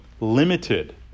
limited